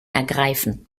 ergreifen